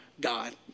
God